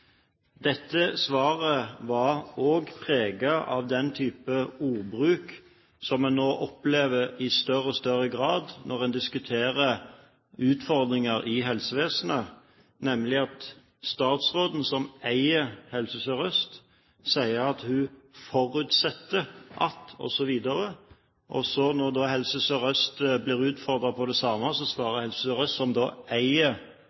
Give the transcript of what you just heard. Dette svaret var også preget av den typen ordbruk som en nå opplever i større og større grad når en diskuterer utfordringer i helsevesenet – nemlig at statsråden, som eier Helse Sør-Øst, sier at hun forutsetter at osv., og når da Helse Sør-Øst blir utfordret på det samme, svarer Helse Sør-Øst, som eier